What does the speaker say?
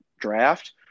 draft